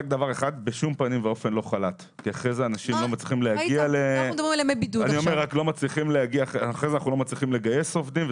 רק בשום פנים ואופן לא חל"ת כי אחרי זה אנחנו לא מצליחים לגייס עובדים.